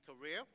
career